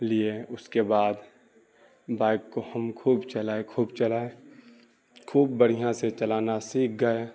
لیے اس کے بعد بائک کو ہم خوب چلائے خوب چلائے خوب بڑھیاں سے چلانا سیکھ گئے